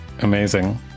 Amazing